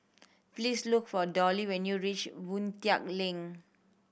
please look for Dollie when you reach Boon Tat Link